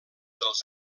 dels